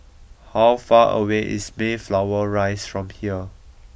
how far away is Mayflower Rise from here